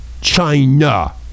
China